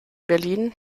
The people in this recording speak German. berlin